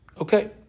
Okay